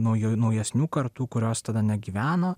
naujų naujesnių kartų kurios tada gyveno